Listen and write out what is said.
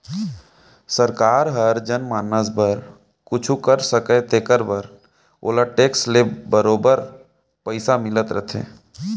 सरकार हर जनमानस बर कुछु कर सकय तेकर बर ओला टेक्स ले बरोबर पइसा मिलत रथे